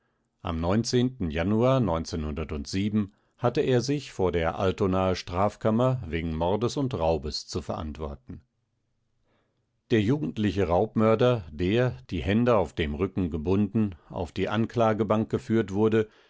am januar hatte er sich vor der altonaer strafkammer wegen mordes und raubes zu verantworten der jugendliche raubmörder der die hände auf dem rücken gebunden auf die anklagebank geführt wurde